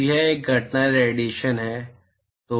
तो यह एक घटना रेडिएशन है